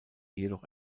jedoch